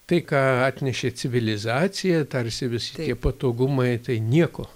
tai ką atnešė civilizacija tarsi visi tie patogumai tai nieko